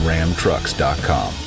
RamTrucks.com